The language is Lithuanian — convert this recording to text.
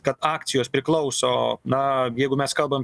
kad akcijos priklauso na jeigu mes kalbam